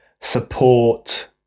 support